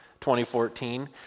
2014